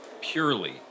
purely